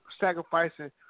Sacrificing